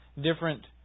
different